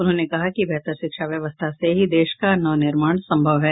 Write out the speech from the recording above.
उन्होंने कहा कि बेहतर शिक्षा व्यवस्था से ही देश का नवनिर्माण सम्भव है